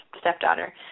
stepdaughter